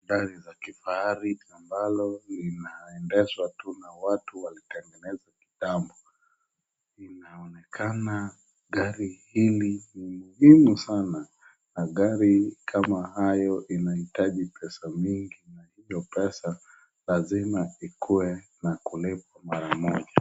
Gari za kifahari ambalo linaendeshwa tu na watu walitengeneza kitambo, inaonekana gari hili ni muhimu sana na gari kama hayo inahitaji pesa mingi na hiyo pesa lazima ikue na kulipwa mara moja.